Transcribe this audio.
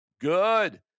Good